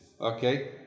Okay